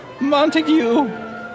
Montague